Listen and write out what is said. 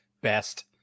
best